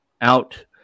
out